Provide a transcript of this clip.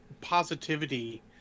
positivity